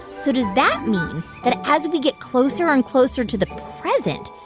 so does that mean that as we get closer and closer to the present,